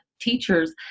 teachers